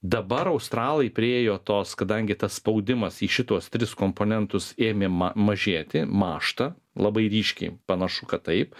dabar australai priėjo tos kadangi tas spaudimas į šituos tris komponentus ėmė ma mažėti mąžta labai ryškiai panašu kad taip